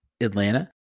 atlanta